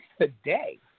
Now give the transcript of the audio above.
today